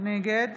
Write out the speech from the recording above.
נגד